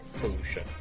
pollution